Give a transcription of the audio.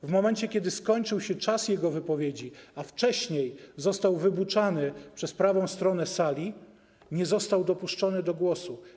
W momencie, kiedy skończył się czas jego wypowiedzi, a wcześniej został wybuczany przez prawą stronę sali, nie został dopuszczony do głosu.